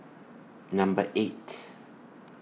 Number eight